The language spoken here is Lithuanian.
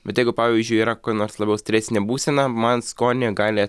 bet jeigu pavyzdžiui yra ko nors labiau stresinė būsena man skonį gali